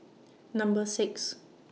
Number six